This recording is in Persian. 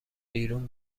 بیرون